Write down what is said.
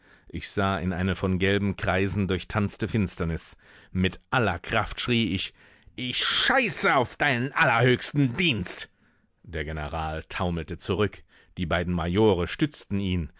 ich sah in eine von gelben kreisen durchtanzte finsternis mit aller kraft schrie ich ich scheiße auf deinen allerhöchsten dienst der general taumelte zurück die beiden majore stützten ihn